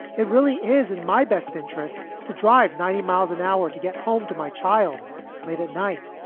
it really is in my best interest to drive ninety miles an hour to get home to my child late at night.